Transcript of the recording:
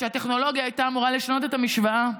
והטכנולוגיה הייתה אמורה לשנות את המשוואה.